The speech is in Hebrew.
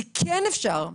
כי כן אפשר.